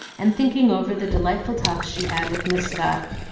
and thinking over the delightful talks she had with miss scott.